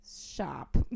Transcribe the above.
Shop